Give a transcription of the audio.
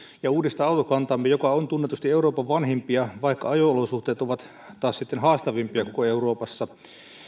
ja uudistaa autokantaamme joka on tunnetusti euroopan vanhimpia vaikka ajo olosuhteet ovat taas sitten haastavimpia koko euroopassa